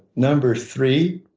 number three,